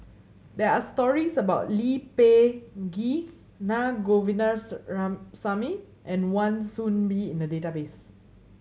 there are stories about Lee Peh Gee Naa and Wan Soon Bee in the database